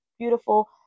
beautiful